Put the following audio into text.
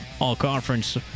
all-conference